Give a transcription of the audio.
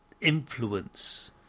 influence